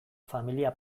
familia